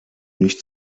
nicht